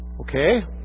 okay